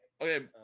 Okay